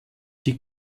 die